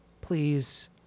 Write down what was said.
please